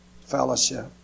fellowship